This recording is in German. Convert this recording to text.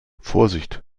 vorsicht